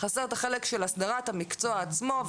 חסר החלק של הסדרת המקצוע עצמו,